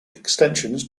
extensions